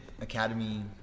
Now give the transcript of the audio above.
Academy